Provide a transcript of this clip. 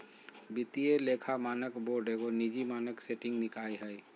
वित्तीय लेखा मानक बोर्ड एगो निजी मानक सेटिंग निकाय हइ